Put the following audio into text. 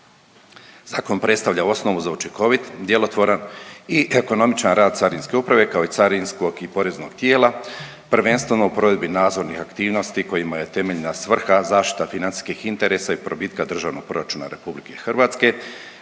Zakon predstavlja u osnovu učinkovit, djelotvoran i ekonomičan rad Carinske uprave, kao i carinskog i poreznog tijela, prvenstveno u provedbi nadzornih aktivnosti kojima je temeljna svrha zaštita financijskih interesa i probitka Državnog proračuna RH,